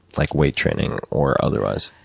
like weight training, or otherwise?